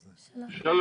מגוון.